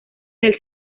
del